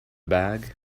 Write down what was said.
bag